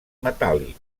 metàl·lic